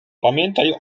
pamiętaj